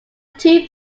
two